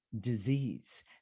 disease